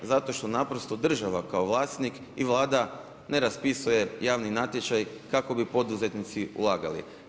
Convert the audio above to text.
Zato što naprosto država kao vlasnik i Vlada ne raspisuje javni natječaj kako bi poduzetnici ulagali.